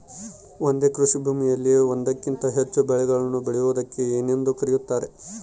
ಒಂದೇ ಕೃಷಿಭೂಮಿಯಲ್ಲಿ ಒಂದಕ್ಕಿಂತ ಹೆಚ್ಚು ಬೆಳೆಗಳನ್ನು ಬೆಳೆಯುವುದಕ್ಕೆ ಏನೆಂದು ಕರೆಯುತ್ತಾರೆ?